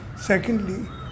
Secondly